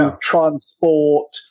transport